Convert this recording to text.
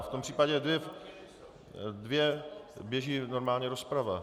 V tom případě dvě, běží normálně rozprava.